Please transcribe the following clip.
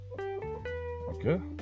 Okay